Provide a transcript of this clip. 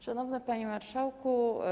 Szanowny Panie Marszałku!